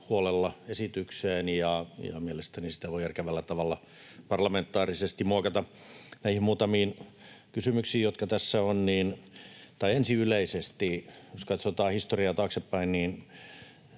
huolella esitykseen, ja mielestäni sitä voi järkevällä tavalla parlamentaarisesti muokata. Näihin muutamiin kysymyksiin, jotka tässä ovat, niin... Tai ensin yleisesti: Jos katsotaan historiaa taaksepäin